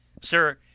Sir